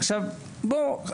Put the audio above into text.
עכשיו בואו,